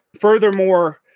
furthermore